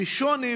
בשונה,